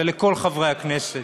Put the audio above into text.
ולכל חברי הכנסת.